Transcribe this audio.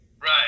Right